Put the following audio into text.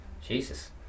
Jesus